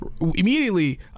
immediately